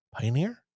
pioneer